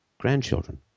grandchildren